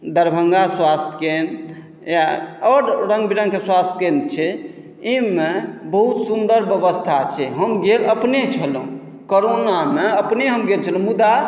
दरभंगा स्वास्थ्य केन्द्र या आओर रङ्ग बिरङ्गके स्वास्थ्य केन्द्र छै एहिमे बहुत सुन्दर व्यवस्था छै हम गेल अपने छलहुँ कोरोनामे अपने हम गेल छलहुँ मुदा